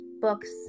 books